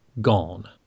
gone